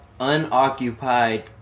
Unoccupied